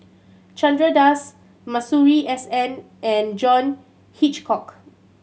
Chandra Das Masuri S N and John Hitchcock